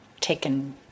taken